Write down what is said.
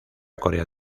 corea